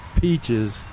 peaches